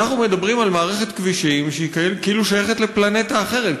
אנחנו מדברים על מערכת כבישים שכאילו שייכת לפלנטה אחרת.